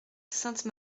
sainte